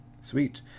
sweet